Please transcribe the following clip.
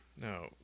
no